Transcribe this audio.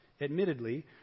admittedly